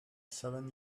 seven